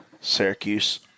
Syracuse